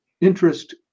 interest